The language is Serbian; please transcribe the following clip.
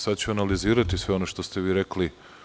Sada ću analizirate sve ono što ste vi rekli.